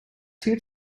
two